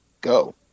go